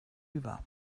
über